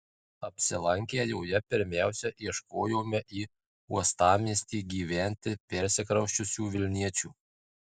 apsilankę joje pirmiausia ieškojome į uostamiestį gyventi persikrausčiusių vilniečių